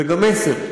וזה גם מסר,